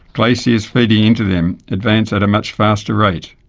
glaciers feeding into them advance at a much faster rate,